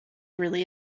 really